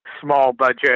small-budget